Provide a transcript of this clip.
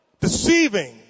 deceiving